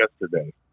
yesterday